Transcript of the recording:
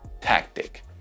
tactic